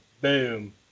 boom